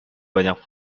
banyak